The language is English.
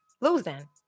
losing